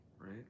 Right